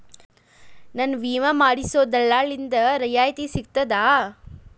ನನ್ನ ವಿಮಾ ಮಾಡಿಸೊ ದಲ್ಲಾಳಿಂದ ರಿಯಾಯಿತಿ ಸಿಗ್ತದಾ?